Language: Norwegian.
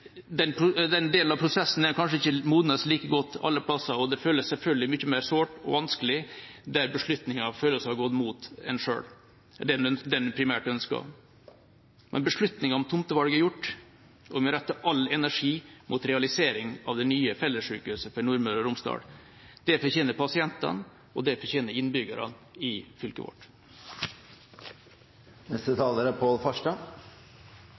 delen av prosessen er kanskje ikke modnet like godt alle plasser, og det føles selvfølgelig mye mer sårt og vanskelig der beslutningen har gått mot det en selv primært ønsket. Men beslutningen om tomtevalget er tatt, og vi må rette all energi mot realisering av det nye fellessykehuset for Nordmøre og Romsdal. Det fortjener pasientene, og det fortjener innbyggerne i fylket